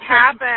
happen